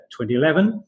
2011